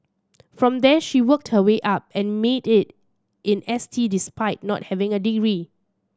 from there she worked her way up and made it in S T despite not having a degree